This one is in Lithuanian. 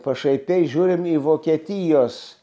pašaipiai žiūrim į vokietijos